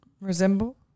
resemble